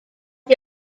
die